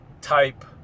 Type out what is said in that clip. type